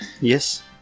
Yes